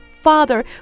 Father